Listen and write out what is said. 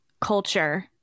culture